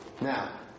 Now